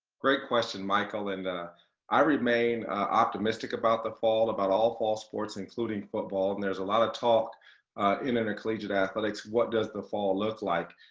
great question, michael. and i remain optimistic about the fall, about all fall sports, including football. and there's a lot of talk in intercollegiate athletics, what does the fall look like.